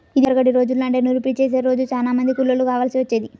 ఇదివరకటి రోజుల్లో అంటే నూర్పిడి చేసే రోజు చానా మంది కూలోళ్ళు కావాల్సి వచ్చేది